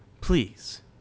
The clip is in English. please